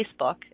Facebook